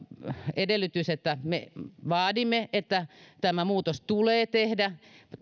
edellytys että me vaadimme että tämä muutos tulee tehdä